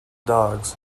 dogs